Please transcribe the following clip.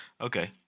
Okay